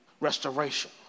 Restoration